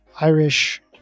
Irish